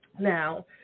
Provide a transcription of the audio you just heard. Now